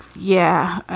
yeah.